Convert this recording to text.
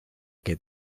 che